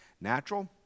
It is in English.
Natural